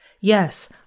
Yes